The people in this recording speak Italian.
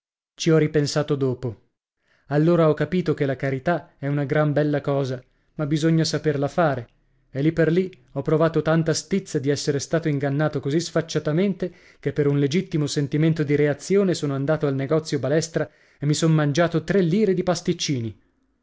ci ho ripensato dopo allora ho capito che la carità è una gran bella cosa ma bisogna saperla fare e lì per lì ho provato tanta stizza di essere stato ingannato così sfacciatamente che per un legittimo sentimento di reazione sono andato al negozio balestra e mi son mangiato tre lire di pasticcini